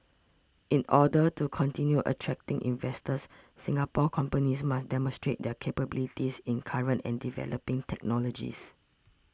in order to continue attracting investors Singapore companies must demonstrate their capabilities in current and developing technologies